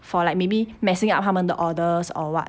for like maybe messing up 他们的 orders or what